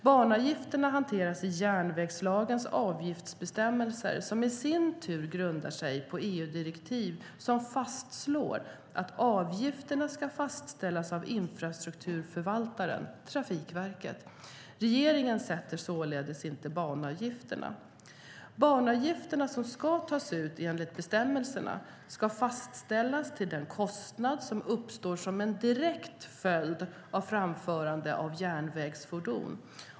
Banavgifterna hanteras i järnvägslagens avgiftsbestämmelser, som i sin tur grundar sig på EU-direktiv som fastslår att avgifterna ska fastställas av infrastrukturförvaltaren - Trafikverket. Regeringen sätter således inte banavgifterna. Banavgifterna, som ska tas ut enligt bestämmelserna, ska fastställas till den kostnad som uppstår som en direkt följd av framförande av järnvägsfordon.